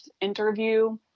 interview